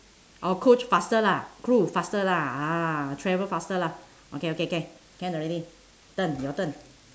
or coach faster lah cruise faster lah ah travel faster lah okay okay K can can already turn your turn